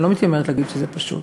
אני לא מתיימרת להגיד שזה פשוט.